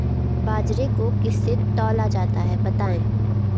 बाजरे को किससे तौला जाता है बताएँ?